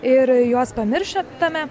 ir juos pamirštame